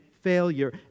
failure